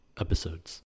episodes